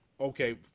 okay